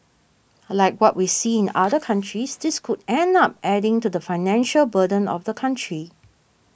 like what we see in other countries this could end up adding to the financial burden of the country